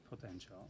potential